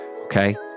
okay